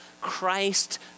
Christ